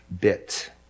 bit